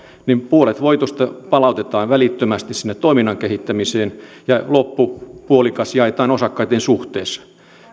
puolet voitosta palautetaan välittömästi sinne toiminnan kehittämiseen ja loppupuolikas jaetaan osakkaitten suhteessa